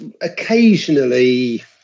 occasionally